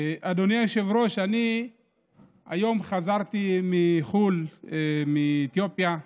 אדוני היושב-ראש, היום חזרתי מחו"ל, מאתיופיה,